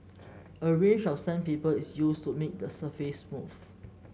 a range of sandpaper is used to make the surface smooth